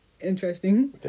interesting